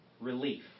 relief